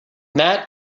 that